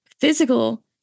physical